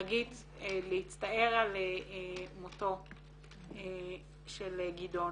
חגית, להצטער על מותו של גדעון,